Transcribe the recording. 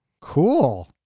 Cool